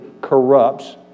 corrupts